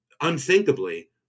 unthinkably